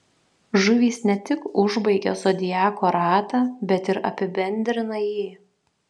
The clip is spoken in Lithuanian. žuvys ne tik užbaigia zodiako ratą bet ir apibendrina jį